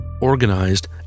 organized